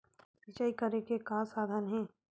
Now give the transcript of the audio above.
सिंचाई करे के का साधन हे?